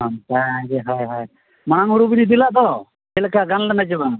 ᱚᱱᱠᱟᱜᱮ ᱦᱳᱭ ᱦᱳᱭ ᱢᱟᱲᱟᱝ ᱦᱤᱞᱟᱹᱜ ᱵᱤᱱ ᱤᱫᱤ ᱞᱮᱫ ᱫᱚ ᱪᱮᱫᱞᱮᱠᱟ ᱜᱟᱱ ᱞᱮᱱᱟ ᱥᱮ ᱵᱟᱝ